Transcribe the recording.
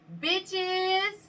bitches